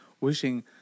wishing